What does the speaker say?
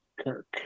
Kirk